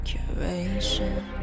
Curation